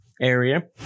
area